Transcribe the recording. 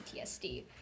PTSD